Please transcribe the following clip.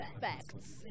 facts